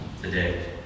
today